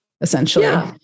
essentially